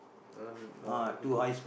ah no what to do